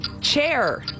Chair